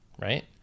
right